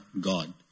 God